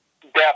depth